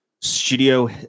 studio